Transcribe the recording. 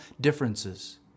differences